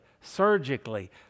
surgically